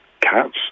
cats